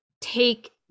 take